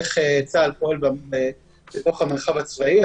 איך צה"ל פועל בתוך המרחב הצבאי.